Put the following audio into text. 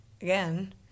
again